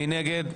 מי נגד?